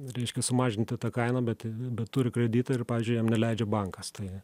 reiškia sumažinti tą kainą bet bet turi kreditą ir pavyzdžiui jam neleidžia bankas tai